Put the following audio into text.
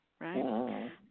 right